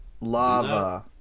Lava